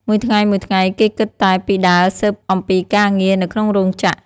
មួយថ្ងៃៗ គេគិតតែពីដើរស៊ើបអំពីការងារនៅក្នុងរោងចក្រ ។